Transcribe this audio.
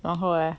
然后 leh